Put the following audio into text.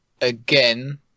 again